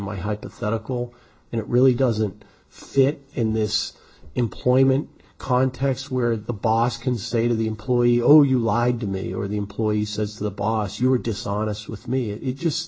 my hypothetical and it really doesn't fit in this employment context where the boss can say to the employee oh you lied to me or the employee says the boss you were dishonest with me it just